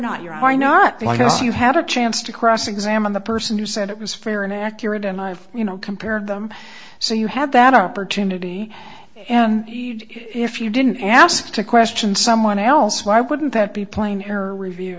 not you are not like you had a chance to cross examine the person who said it was fair and accurate and i've you know compared them so you had that opportunity and if you didn't ask to question someone else why wouldn't that be playing her review